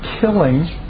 killing